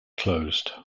closed